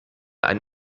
ein